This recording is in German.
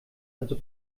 also